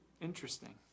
Interesting